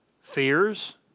fears